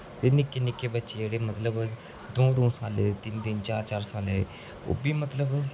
निक्के निक्के बच्चे इक मतलब दो दो सालै दे तिन तिन चार चार सालै दे ओह् बी मतलब